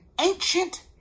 ancient